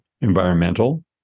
environmental